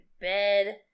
bed